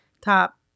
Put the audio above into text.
top